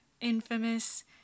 infamous